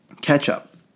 ketchup